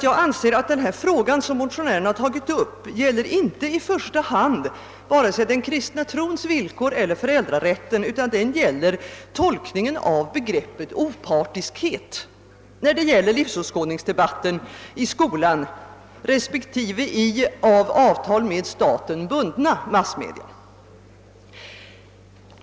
Jag anser att den fråga motionärerna tagit upp inte i första hand gäller vare sig den kristna trons villkor eller föräldrarätten utan tolkningen av begreppet »opartiskhet« i livsåskådningsdebatten i skolan respektive i av avtal med staten bundna massmedia.